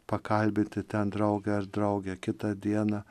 pakalbinti ten draugą ar draugę kitą dieną